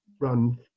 run